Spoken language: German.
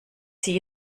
sie